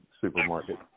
supermarket